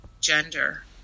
gender